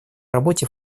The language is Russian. работе